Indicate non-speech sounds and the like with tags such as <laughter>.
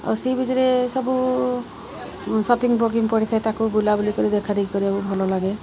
ଆଉ ସି ବିଚ୍ରେ ସବୁ ସପିଙ୍ଗ <unintelligible> ପଡ଼ିଥାଏ ତାକୁ ବୁଲା ବୁଲି କରି ଦେଖା ଦେଖି କରି ଭଲ ଲାଗେ